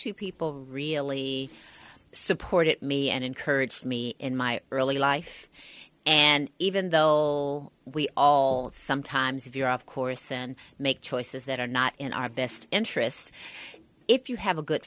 two people really supported me and encouraged me in my early life and even though we all sometimes if you're off course and make choices that are not in our best interest if you have a good